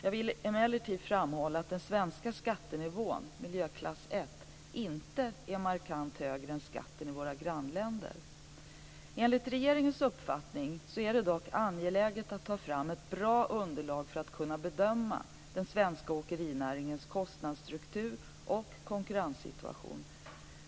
Jag vill emellertid framhålla att den svenska skattenivån inte är markant högre än skatten i våra grannländer. Enligt regeringens uppfattning är det dock angeläget att ta fram ett bra underlag för att kunna bedöma den svenska åkerinäringens kostnadsstruktur och konkurrenssituation.